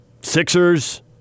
Sixers